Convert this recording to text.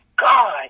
God